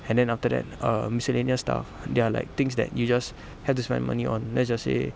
and then after that err miscellaneous stuff they are like things that you just have to spend money on let's just say